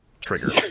trigger